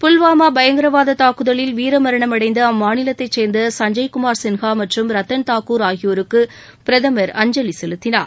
புல்வாமா பயங்கரவாத தாக்குதலில் வீரமரணம் அடைந்த அம்மாநிலத்தை சேர்ந்த சஞ்சய்குமார் சின்ஹா மற்றும் ரத்தன் தாக்கூர் ஆகியோருக்கு பிரதமர் அஞ்சலி செலுத்தினார்